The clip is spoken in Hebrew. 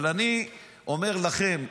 אבל אני אומר לכם,